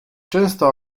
często